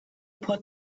put